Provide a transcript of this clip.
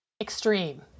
Extreme